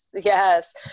Yes